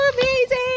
amazing